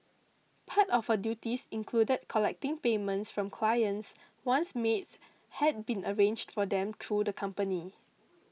part of her duties included collecting payments from clients once maids had been arranged for them through the company